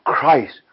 Christ